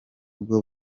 bwo